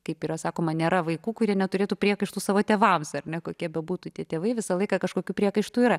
kaip yra sakoma nėra vaikų kurie neturėtų priekaištų savo tėvams ar ne kokie bebūtų tei tėvai visą laiką kažkokių priekaištų yra